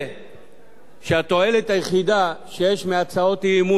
התועלת היחידה שיש מהצעות האי-אמון פעם אחר פעם,